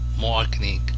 marketing